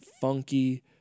funky